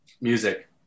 Music